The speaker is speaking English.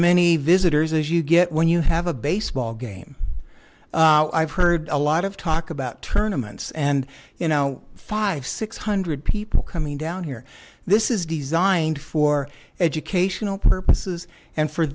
many visitors as you get when you have a baseball game i've heard a lot of talk about tournaments and you know five six hundred people coming down here this is designed for educational purposes and for